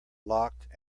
locked